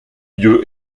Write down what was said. lieu